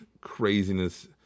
craziness